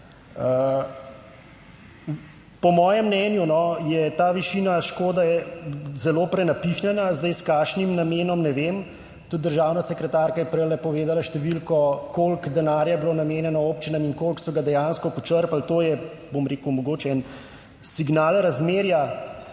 Po mojem mnenju je ta višina škode zelo prenapihnjena. Zdaj, s kakšnim namenom, ne vem. Tudi državna sekretarka je prej povedala številko, koliko denarja je bilo namenjeno občinam in koliko so ga dejansko počrpali. To je, bom rekel, mogoče en signal razmerja,